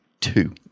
Two